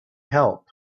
help